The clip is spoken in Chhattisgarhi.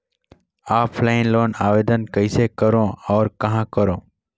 ऑफलाइन लोन आवेदन कइसे करो और कहाँ करो?